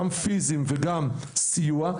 גם פיזיים וגם סיוע,